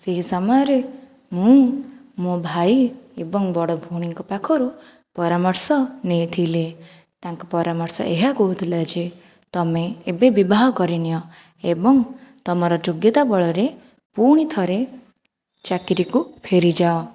ସେହି ସମୟରେ ମୁଁ ମୋ ଭାଇ ଏବଂ ବଡ଼ ଭଉଣୀଙ୍କ ପାଖରୁ ପରାମର୍ଶ ନେଇଥିଲି ତାଙ୍କ ପରାମର୍ଶ ଏହା କହୁଥିଲା ଯେ ତୁମେ ଏବେ ବିବାହ କରିନିଅ ଏବଂ ତୁମର ଯୋଗ୍ୟତା ବଳରେ ପୁଣି ଥରେ ଚାକିରିକୁ ଫେରିଯାଅ